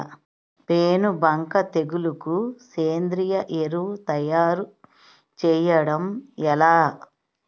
పేను బంక తెగులుకు సేంద్రీయ ఎరువు తయారు చేయడం ఎలా?